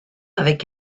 avec